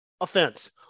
offense